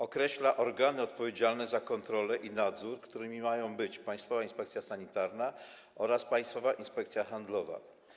Określa się organy odpowiedzialne za kontrolę i nadzór, którymi mają być Państwowa Inspekcja Sanitarna oraz Inspekcja Handlowa.